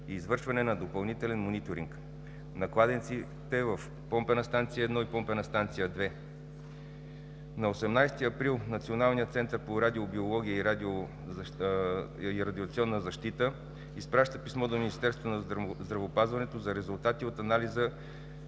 и извършване на допълнителен мониторинг на кладенците в помпена станция 1 и помпена станция 2. На 18 април Националният център по радиобиология и радиационна защита изпраща писмо до Министерството на здравеопазването за резултати от анализа